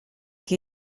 que